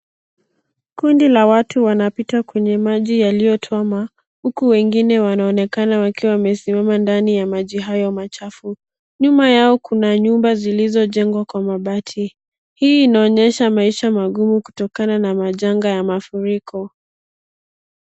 Kundi la watu wanapita kwenye maji yaliyotuama, huku wengine wanaonekana wakiwa wamesimama ndani ya maji hayo machafu. Nyuma yao kuna nyumba zilizojengwa kwa mabati. Hii inaonyesha maisha magumu kutokana na majanga ya mafuriko.